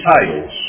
titles